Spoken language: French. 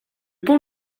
pont